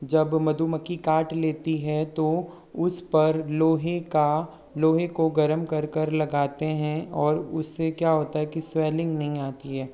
जब मधुमक्खी काट लेती है तो उस पर लोहे का लोहे को गर्म कर कर लगाते हैं और उससे क्या होता है कि स्वेलिंग नहीं आती है